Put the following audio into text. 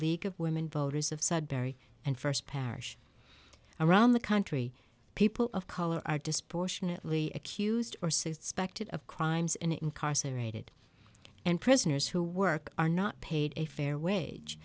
league of women voters of sudbury and first parish around the country people of color are disproportionately accused or seized spectate of crimes in incarcerated and prisoners who work are not paid a fair wage